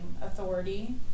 authority